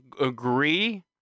agree